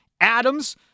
Adams